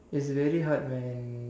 it's very hard man